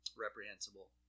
reprehensible